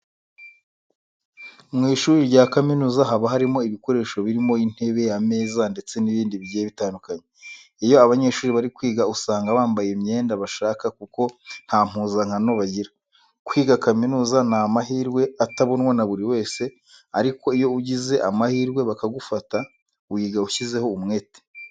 Mu ishuri rya kaminuza haba harimo ibikoresho birimo intebe, ameza ndetse n'ibindi bigiye bitandukanye. Iyo abanyeshuri bari kwiga usanga bambaye imyenda bashaka kuko nta mpuzankano bagira. Kwiga kaminuza ni amahirwe atabonwa na buri wese ariko iyo ugize amahirwe bakagufata wiga ushyizeho umwete.